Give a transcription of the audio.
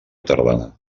tardana